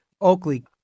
Oakley